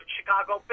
Chicago